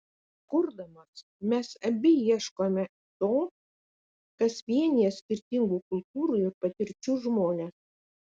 kurdamos mes abi ieškome to kas vienija skirtingų kultūrų ir patirčių žmones